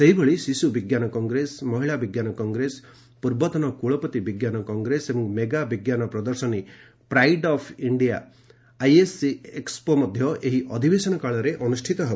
ସେହିଭଳି ଶିଶୁ ବିଜ୍ଞାନ କଂଗ୍ରେସ ମହିଳା ବିଜ୍ଞାନ କଂଗ୍ରେସ ପୂର୍ବତନ କ୍ରଳପତି ବିଜ୍ଞାନ କଂଗ୍ରେସ ଏବଂ ମେଗା ବିଜ୍ଞାନ ପ୍ରଦର୍ଶନୀ pride of India ISC expo ମଧ୍ୟ ଏହି ଅଧିବେଶନ କାଳରେ ଅନ୍ଦୁଷ୍ଠିତ ହେବ